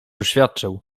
oświadczył